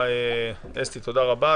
אסתי, תודה רבה.